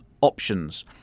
options